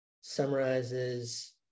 summarizes